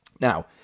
Now